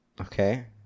Okay